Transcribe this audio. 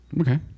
Okay